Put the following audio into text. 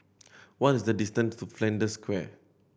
what is the distance to Flanders Square